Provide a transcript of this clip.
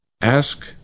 Ask